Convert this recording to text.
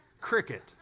cricket